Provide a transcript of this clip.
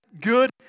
good